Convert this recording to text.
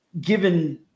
given